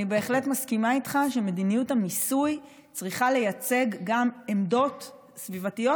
אני בהחלט מסכימה איתך שמדיניות המיסוי צריכה לייצג גם עמדות סביבתיות,